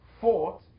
fought